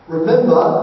Remember